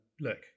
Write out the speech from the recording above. look